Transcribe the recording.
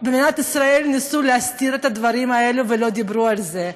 במדינת ישראל ניסו להסתיר את הדברים האלה ולא דיברו על זה?